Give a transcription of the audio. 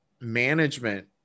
management